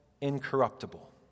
incorruptible